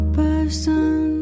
person